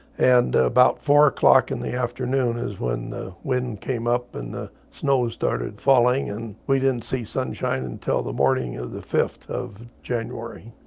and about four o'clock in the afternoon is when the wind came up and the snow started falling, and we didn't see sunshine until the morning of the fifth of january.